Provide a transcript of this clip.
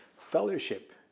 fellowship